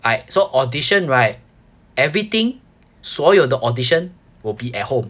I so audition right everything 所有的 audition will be at home